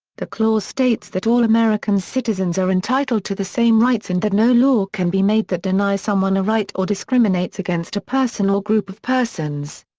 the clause states that all american citizens are entitled to the same rights and that no law can be made that denies someone a right or discriminates against a person or group of persons.